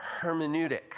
hermeneutic